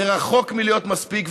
זה רחוק מלהיות מספיק.